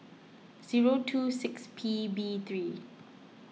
zero two six P B three